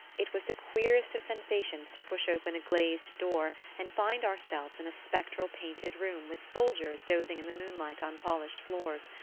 it was the queerest of sensations to push open a glazed door and find ourselves in a spectral painted room with soldiers dozing in the moonlight on polished floors,